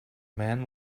man